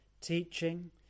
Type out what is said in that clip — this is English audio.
teaching